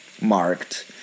marked